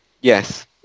Yes